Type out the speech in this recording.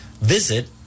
Visit